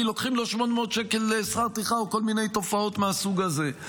כי לוקחים לו 800 שקל שכר טרחה או כל מיני תופעות מהסוג הזה.